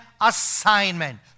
assignment